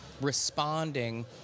responding